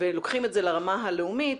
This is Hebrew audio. ולוקחים את זה לרמה הלאומית.